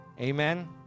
Amen